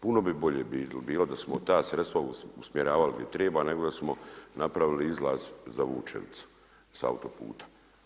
Puno bi bolje bilo da smo ta sredstva usmjeravali gdje treba nego da smo napravili izlaz za Vučevicu sa autoputa.